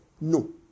No